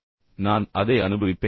எனவே நான் அதை அனுபவிப்பேன்